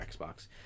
xbox